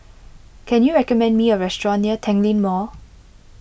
can you recommend me a restaurant near Tanglin Mall